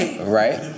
Right